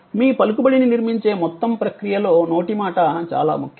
మీ పలుకుబడిని నిర్మించే మొత్తం ప్రక్రియలో నోటి మాట చాలా ముఖ్యం